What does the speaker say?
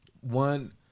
one